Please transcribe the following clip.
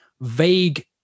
vague